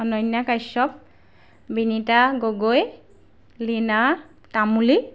Ananya Kashyap Binita Gogoi Lina Tamuli